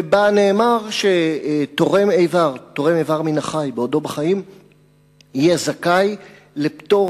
ובה נאמר שתורם איבר בעודו בחיים יהיה זכאי לפטור